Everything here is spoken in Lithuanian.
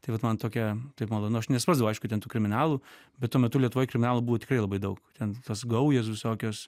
tai vat man tokia taip malonu aš nesuprasdavau aišku ten tų kriminalų bet tuo metu lietuvoj kriminalų buvo tikrai labai daug ten tos gaujos visokios